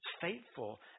faithful